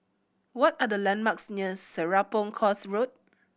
what are the landmarks near Serapong Course Road